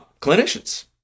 clinicians